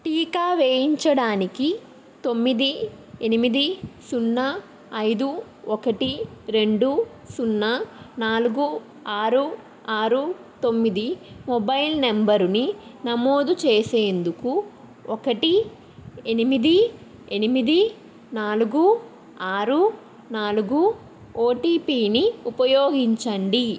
టీకా వేయించడానికి తొమ్మిది ఎనిమిది సున్నా ఐదు ఒకటి రెండు సున్నా నాలుగు ఆరు ఆరు తొమ్మిది మొబైల్ నంబరుని నమోదు చేసేందుకు ఒకటి ఎనిమిది ఎనిమిది నాలుగు ఆరు నాలుగు ఓటీపీని ఉపయోగించండి